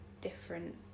different